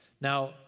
Now